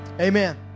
amen